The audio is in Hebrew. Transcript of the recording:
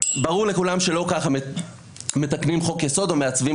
ברור לכולם שלא כך מתקנים חוק-יסוד או מעצבים